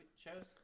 shows